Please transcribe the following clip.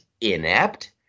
inept